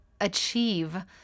achieve